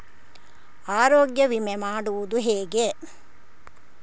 ಆರೋಗ್ಯ ವಿಮೆ ಮಾಡುವುದು ಹೇಗೆ?